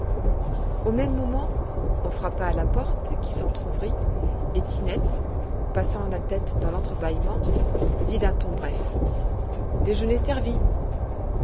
au même moment on frappa à la porte qui s'entr'ouvrit et tinette passant la tête dans lentre baîllement dit d'un ton bref déjeuner servi